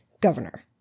governor